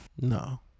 no